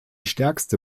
stärkste